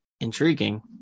Intriguing